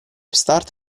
start